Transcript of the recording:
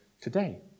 today